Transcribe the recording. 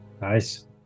Nice